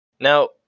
Now